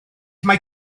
mae